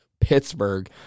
Pittsburgh